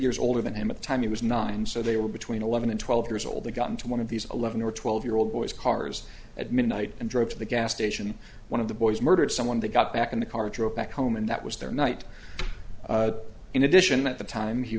years older than him at the time he was nine so they were between eleven and twelve years old they got into one of these eleven or twelve year old boys cars at midnight and drove to the gas station one of the boys murdered someone they got back in the car drove back home and that was their night in addition at the time he